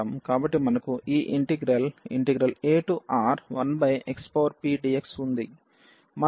కాబట్టి మనకు ఈ ఇంటిగ్రల్ aR1xpdx ఉంది